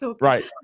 Right